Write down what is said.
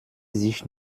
sich